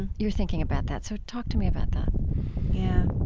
and your thinking about that. so talk to me about that yeah.